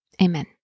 amen